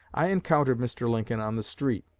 i encountered mr. lincoln on the street.